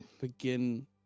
begin